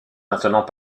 maintenant